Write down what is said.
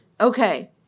Okay